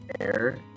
air